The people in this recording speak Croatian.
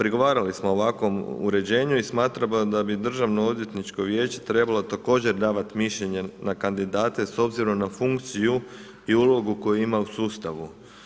Prigovarali smo ovakvom uređenju i smatramo da bi Državnoodvjetničko vijeće trebalo također davati mišljenje na kandidate s obzirom funkciju i ulogu koju ima u sustavu.